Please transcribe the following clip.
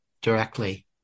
directly